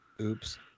Oops